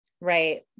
Right